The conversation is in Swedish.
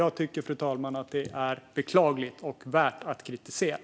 Detta, fru talman, tycker jag är beklagligt och värt att kritisera.